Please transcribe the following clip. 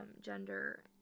gender